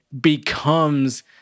becomes